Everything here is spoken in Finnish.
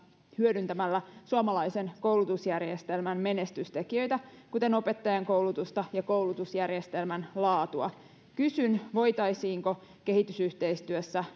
hyödyntämällä suomalaisen koulutusjärjestelmän menestystekijöitä kuten opettajankoulutusta ja koulutusjärjestelmän laatua kysyn voitaisiinko kehitysyhteistyössä